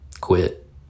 Quit